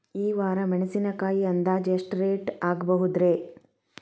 ಈ ವಾರ ಮೆಣಸಿನಕಾಯಿ ಅಂದಾಜ್ ಎಷ್ಟ ರೇಟ್ ಆಗಬಹುದ್ರೇ?